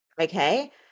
okay